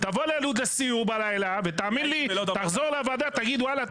תבוא ללוד לסיור בלילה ותאמין לי תחזור לוועדה ותגיד: וואלה,